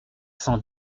cent